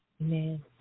Amen